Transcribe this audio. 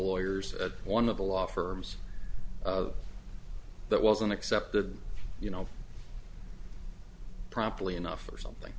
lawyers one of the law firms of that wasn't accepted you know promptly enough for something